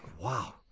Wow